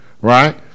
right